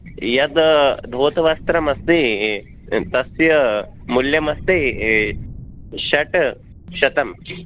यद् धौतवस्त्रमस्ति तस्य मूल्यमस्ति षट् शतं